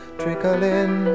trickling